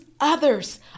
others